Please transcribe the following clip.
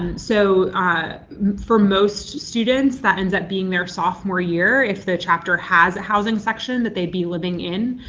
and so for most students, that ends up being their sophomore year if the chapter has a housing section that they'd be living in.